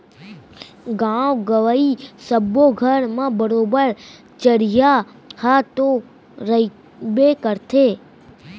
गॉंव गँवई सब्बो घर म बरोबर चरिहा ह तो रइबे करथे